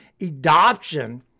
adoption